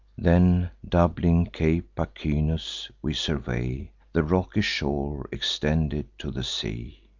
then, doubling cape pachynus, we survey the rocky shore extended to the sea.